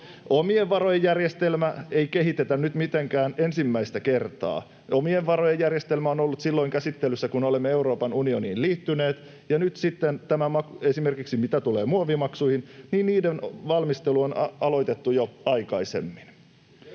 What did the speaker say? Omien varojen järjestelmää ei kehitetä nyt mitenkään ensimmäistä kertaa. Omien varojen järjestelmä on ollut käsittelyssä silloin, kun olemme Euroopan unioniin liittyneet, ja nyt sitten esimerkiksi mitä tulee muovimaksuihin, niin niiden valmistelu on aloitettu jo aikaisemmin.